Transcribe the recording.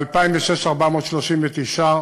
ב-2006, 439,